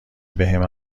بهم